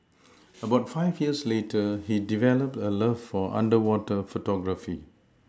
about five years later he developed a love for underwater photography